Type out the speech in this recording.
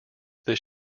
this